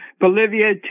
Bolivia